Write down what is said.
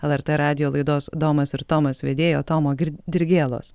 lrt radijo laidos domas ir tomas vedėjo tomo dirgėlos